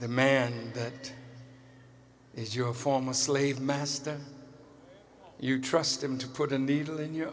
the man that is your former slave master you trust him to put a needle in you